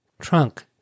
trunk